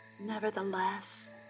Nevertheless